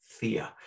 fear